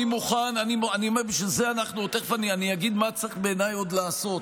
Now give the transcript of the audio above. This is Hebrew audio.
תכף אני אגיד מה צריך בעיניי עוד לעשות,